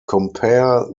compare